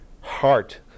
heart